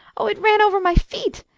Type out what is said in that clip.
oo! it ran ovah my feet.